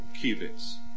cubits